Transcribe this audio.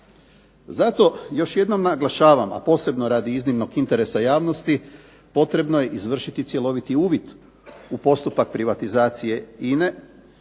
Zato još jednom naglašavam, a posebno radi iznimnog interesa javnosti potrebno je izvršiti cjeloviti uvid u postupak privatizacije INA-e